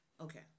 Okay